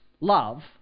love